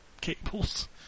Cables